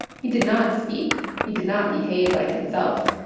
he did not speak, he did not behave like himself.